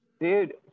Dude